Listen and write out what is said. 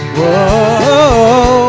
Whoa